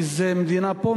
כי זה מדינה פה,